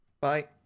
Bye